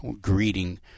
greeting